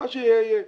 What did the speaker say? מה שיהיה, יהיה.